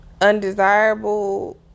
undesirable